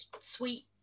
sweet